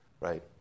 Right